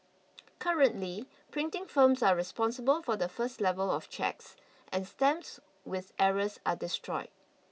currently printing firms are responsible for the first level of checks and stamps with errors are destroyed